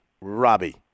Robbie